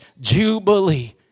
jubilee